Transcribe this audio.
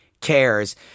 cares